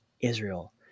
Israel